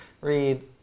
read